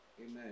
Amen